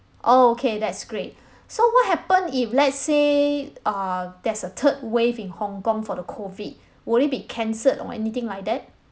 okay that's great so what happen if let's say uh there's a third wave in hong kong for the COVID would it be cancelled or anything like that